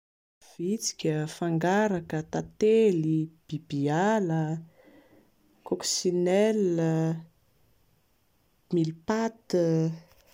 Vitsika, fangaraka, tantely, biby ala, coxinelle, mille pattes